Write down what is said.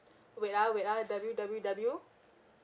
wait ah wait ah W W W